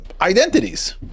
identities